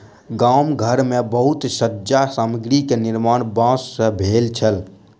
गाम घर मे बहुत सज्जा सामग्री के निर्माण बांस सॅ भेल छल